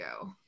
go